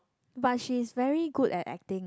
but she is very good at acting